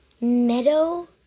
meadow